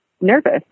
nervous